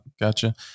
Gotcha